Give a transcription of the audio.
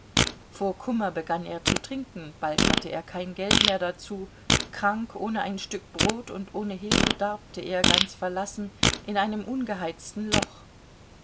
vor kummer begann er zu trinken bald hatte er kein geld mehr dazu krank ohne ein stück brot und ohne hilfe darbte er ganz verlassen in einem ungeheizten loch